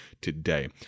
today